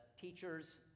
teachers